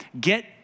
get